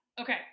okay